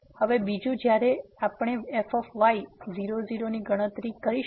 હવે બીજું જ્યારે આપણે fy0 0 ની ગણતરી કરીશું